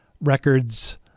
records